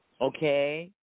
Okay